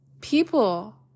people